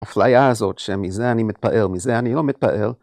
האפלייה הזאת, שמזה אני מתפעל, מזה אני לא מתפעל.